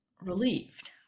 relieved